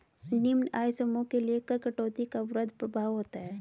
निम्न आय समूहों के लिए कर कटौती का वृहद प्रभाव होता है